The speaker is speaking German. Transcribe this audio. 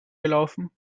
gelaufen